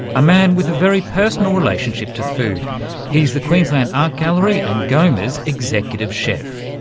a man with a very personal relationship to food he's the queensland art gallery and goma's executive chef,